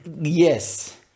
Yes